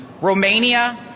Romania